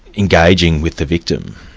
engaging with the victim?